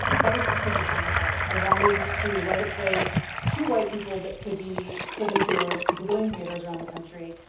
that was strategic on my part. i wanted to write a play to white people that could be put into a gazillion theaters around the country.